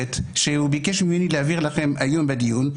שהוא ביקש ממני להעביר לכם היום בדיון,